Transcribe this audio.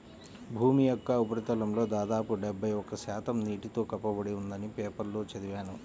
భూమి యొక్క ఉపరితలంలో దాదాపు డెబ్బై ఒక్క శాతం నీటితో కప్పబడి ఉందని పేపర్లో చదివాను